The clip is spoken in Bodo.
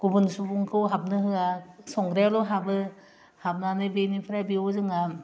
गुबुन सुबुंखौ हाबनो होआ संग्रायाल' हाबो हाबनानै बेनिफ्राय बेयाव जोंहा